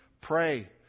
pray